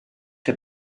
der